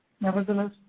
Nevertheless